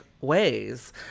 ways